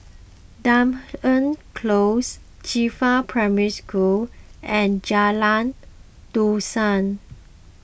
Dunearn Close Qifa Primary School and Jalan Dusan